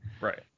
Right